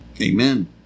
Amen